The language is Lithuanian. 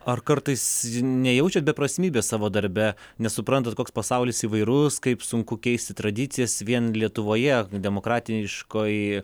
ar kartais nejaučiat beprasmybės savo darbe nes suprantat koks pasaulis įvairus kaip sunku keisti tradicijas vien lietuvoje demokratiškoj